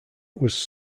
was